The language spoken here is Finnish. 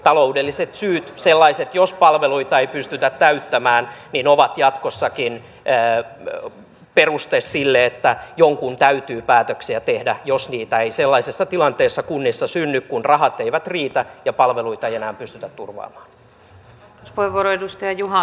taloudelliset syyt sellaiset joissa palveluita ei pystytä täyttämään ovat jatkossakin peruste sille että jonkun täytyy päätöksiä tehdä jos niitä ei sellaisessa tilanteessa kunnissa synny kun rahat eivät riitä ja palveluita ei enää pystytä turvaamaan